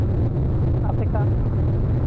ᱟᱥᱮᱠᱟ